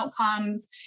outcomes